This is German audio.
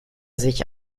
sich